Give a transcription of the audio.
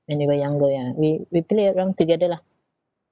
when we were younger ya we we play around together lah